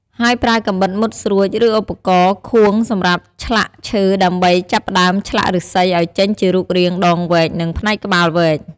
ហើយប្រើកាំបិតមុតស្រួច ឬឧបករណ៍ខួងសម្រាប់ឆ្លាក់ឈើដើម្បីចាប់ផ្តើមឆ្លាក់ឫស្សីឱ្យចេញជារូបរាងដងវែក និងផ្នែកក្បាលវែក។